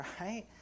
right